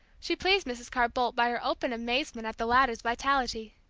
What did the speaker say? she pleased mrs. carr-boldt by her open amazement at the latter's vitality.